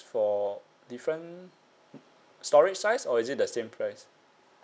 for different storage size or is it the same price